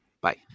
Bye